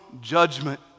judgment